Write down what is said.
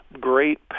great